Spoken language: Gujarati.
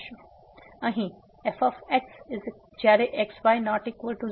તેથી અહીં fx જયારે x y ≠ 00